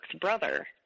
brother